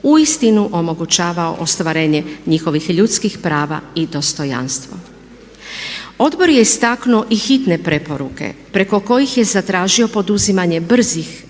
uistinu omogućavao ostvarenje njihovih ljudskih prava i dostojanstvo. Odbor je istaknuo i hitne preporuke preko kojih je zatražio poduzimanje brzih